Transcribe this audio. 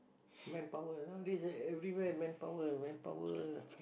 manpower nowadays ah everywhere manpower manpower